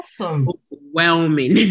overwhelming